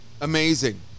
Amazing